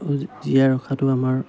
জীয়াই ৰখাটো আমাৰ